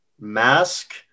mask